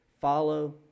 Follow